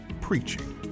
preaching